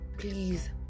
please